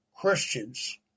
Christians